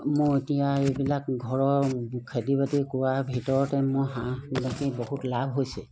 মোৰ এতিয়া এইবিলাক ঘৰৰ খেতি বাতি কৰাৰ ভিতৰতে মোৰ হাঁহবিলাকেই বহুত লাভ হৈছে